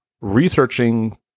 researching